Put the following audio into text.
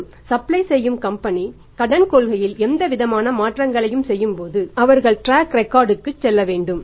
மற்றும் சப்ளை செய்யும் கம்பெனி கடன் கொள்கையில் எந்தவிதமான மாற்றங்களையும் செய்யும்போது அவர்கள்ட்ராக் ரெக்கார்ட் க்கு செல்ல வேண்டும்